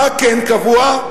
מה כן קבוע?